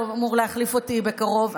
שאמור להחליף אותי בקרוב,